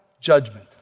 judgment